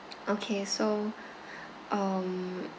okay so um